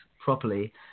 properly